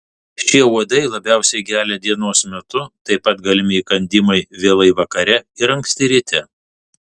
šie uodai labiausiai gelia dienos metu taip pat galimi įkandimai vėlai vakare ir anksti ryte